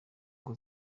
ngo